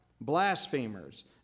Blasphemers